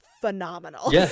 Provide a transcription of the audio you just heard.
phenomenal